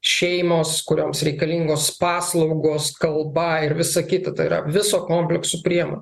šeimos kurioms reikalingos paslaugos kalba ir visa kita tai yra viso komplekso priemonių